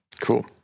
cool